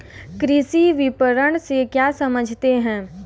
कृषि विपणन से क्या समझते हैं?